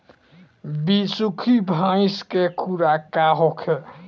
बिसुखी भैंस के खुराक का होखे?